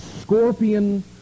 scorpion